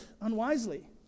unwisely